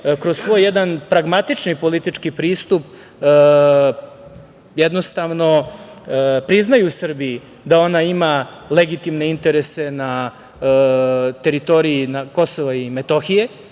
kroz svoj jedan pragmatični politički pristup, jednostavno priznaju Srbiji da ona ima legitimne interese na teritoriji Kosova i Metohije,